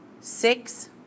Six